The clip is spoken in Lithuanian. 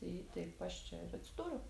tai taip aš čia ir atsidūriau